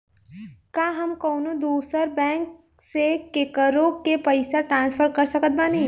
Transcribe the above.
का हम कउनों दूसर बैंक से केकरों के पइसा ट्रांसफर कर सकत बानी?